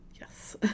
yes